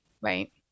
right